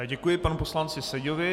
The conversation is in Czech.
Děkuji panu poslanci Seďovi.